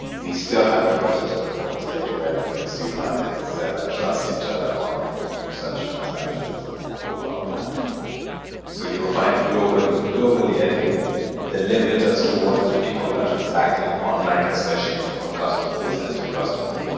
we still haven't got into the point yet where the consumer and the seller trust each other online to do such transactions over our platform so you'll find globally globally, i think the limit as to what people are transacting online, especially from a cost of business to a customer,